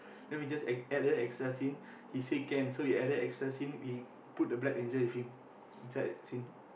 then we just add added extra scene he said can so we added extra scene we put the black angel with him inside the scene